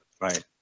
Right